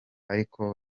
ariko